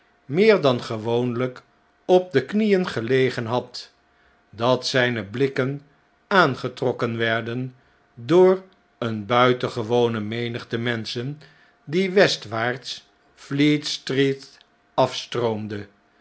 meer dan gewoonljjk op de knieen gelegen had dat zijne blikken aangetrokken werden door eene buitengewone menigte menschen die westwaarts fleet streetafstroomde